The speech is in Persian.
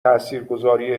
تاثیرگذاری